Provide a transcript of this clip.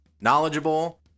knowledgeable